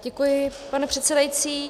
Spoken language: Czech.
Děkuji, pane předsedající.